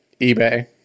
eBay